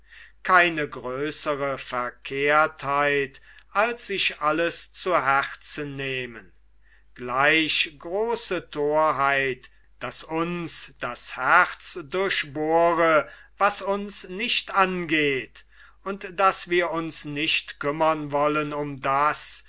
keine größre verkehrtheit als sich alles zu herzen nehmen gleich große thorheit daß uns das herz durchbohre was uns nicht angeht und daß wir uns nicht kümmern wollen um das